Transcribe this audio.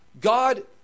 God